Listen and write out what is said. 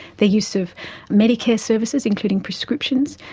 the use of medicare services including prescriptions,